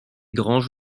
granges